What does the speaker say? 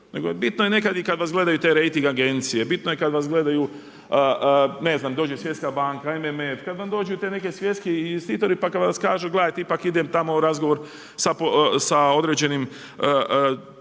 nego je bitno kad vas gledaju te rejting agencije, bitno je kad vas gledaju, ne znam dođe svjetska banka, …/Govornik se ne razumije./… kad vam dođu ti neki svjetski investitori pa kad vas kažu gledajte ipak idem tamo u razgovor sa određenim